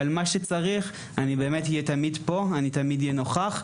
אבל אני תמיד אהיה פה ונוכח,